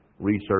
research